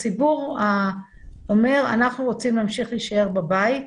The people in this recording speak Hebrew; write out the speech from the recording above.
הציבור אומר אנחנו רוצים להמשיך להישאר בבית,